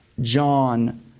John